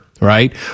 Right